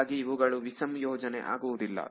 ಹೀಗಾಗಿ ಇವುಗಳು ವಿಸಂಯೋಜನೆ ಆಗುವುದಿಲ್ಲ